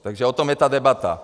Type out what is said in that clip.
Takže o tom je ta debata.